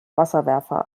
wasserwerfer